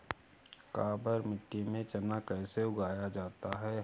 काबर मिट्टी में चना कैसे उगाया जाता है?